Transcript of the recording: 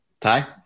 Ty